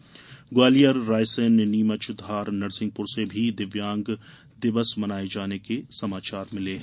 वहीं ग्वालियर रायसेन नीमच धार से भी दिव्यांग दिवस मनाये जाने के समाचार मिले हैं